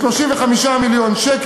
ב-35 מיליון ש"ח.